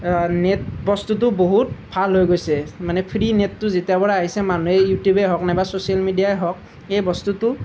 net বস্তুটো বহুত ভাল হৈ গৈছে মানে ফ্ৰী নেটটো যেতিয়াৰ পৰা আহিছে মানুহে ইউটিউবেই হওক নাইবা ছ'চিয়েল মিডিয়াই হওক এই বস্তুটো